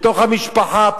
בתוך המשפחה,